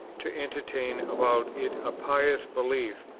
to entertain about it a pious belief,